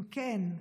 אם כן,